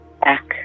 Back